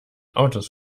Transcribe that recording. autos